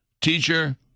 Teacher